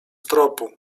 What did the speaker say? tropu